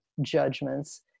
judgments